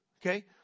okay